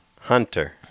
Hunter